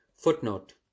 Footnote